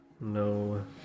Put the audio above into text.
No